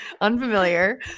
Unfamiliar